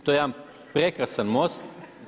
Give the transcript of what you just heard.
To je jedan prekrasan most.